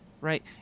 right